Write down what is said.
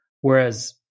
Whereas